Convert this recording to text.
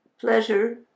pleasure